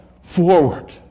forward